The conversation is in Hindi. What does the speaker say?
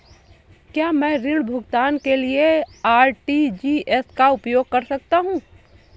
क्या मैं ऋण भुगतान के लिए आर.टी.जी.एस का उपयोग कर सकता हूँ?